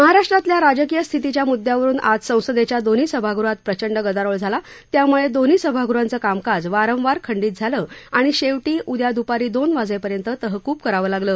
महाराष्ट्रातल्या राजकीय स्थितीच्या मुद्यावरून आज संसदेच्या दोन्ही सभागृहात प्रचंड गदारोळ झाला त्यामुळे दोन्ही सभागृहांचं कामकाज वारंवार खंडीत झालं आणि शेवटी उद्या दुपारी दोन वाजेपर्यंत तहकूब करावं लागलं